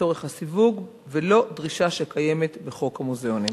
לצורך הסיווג, ולא דרישה שקיימת בחוק המוזיאונים.